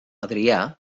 adrià